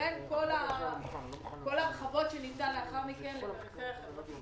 לבין כל ההרחבות שניתן לאחר מכן לפריפריה החברתית.